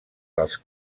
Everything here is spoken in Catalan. dels